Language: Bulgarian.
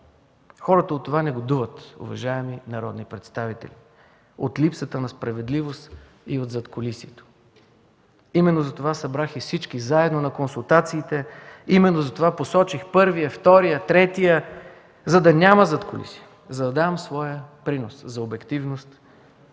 Хората негодуват от това, уважаеми народни представители – от липсата на справедливост и от задкулисието. Именно затова събрах всички заедно на консултациите, именно затова посочих първия, втория, третия, за да няма задкулисие, за да дам своя принос за обективност